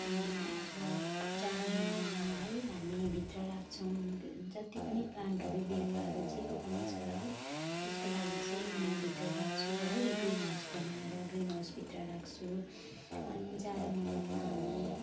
अब जाडो महिनामा है हामी भित्र राख्छौँ जति पनि प्लान्टहरू बिरुवाहरू जेको पनि छ है त्यसको लागि चाहिँ म भित्र राख्छु है यो ग्रिन हाउस बनाएर ग्रिन हाउसभित्र राख्छु अनि जाडो महिनामा हामी है